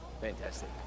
Fantastic